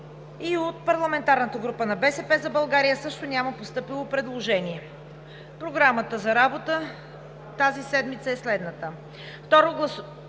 От парламентарната група на „БСП за България“ също няма постъпило предложение. Програмата за работа през тази седмица е следната: